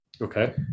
Okay